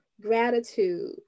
gratitude